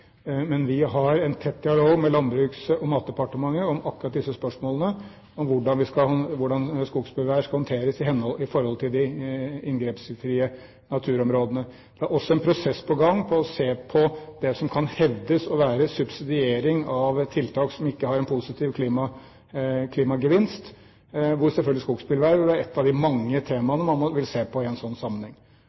Men vi har en tett dialog med Landbruks- og matdepartementet om akkurat disse spørsmålene, om hvordan skogsbilveier skal håndteres i forhold til de inngrepsfrie naturområdene. Det er også en prosess på gang for å se på det som kan hevdes å være subsidiering av et tiltak som ikke har en positiv klimagevinst. Skogsbilveier vil selvfølgelig være ett av de mange temaene en vil se på i en slik sammenheng